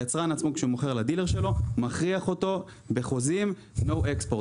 היצרן עצמו כשהוא מוכר לדילר שלו הוא מכריח אותו בחוזים no export.